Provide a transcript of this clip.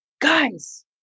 Guys